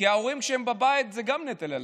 כי ההורים, כשהם בבית, זה גם נטל עליהם.